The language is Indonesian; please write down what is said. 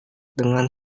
dengan